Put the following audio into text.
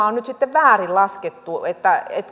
on nyt sitten väärin laskettu